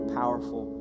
powerful